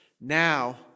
now